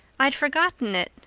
i'd forgotten it,